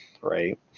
right